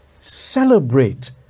celebrate